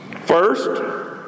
First